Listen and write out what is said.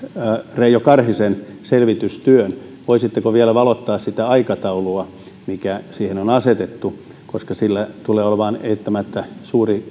reijo karhisen selvitystyön voisitteko vielä valottaa sitä aikataulua mikä siihen on asetettu koska sillä tulee olemaan eittämättä suuri